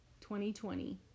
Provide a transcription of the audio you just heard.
2020